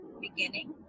beginning